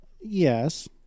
Yes